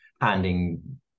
handing